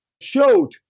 showed